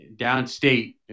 downstate